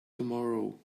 tomorrow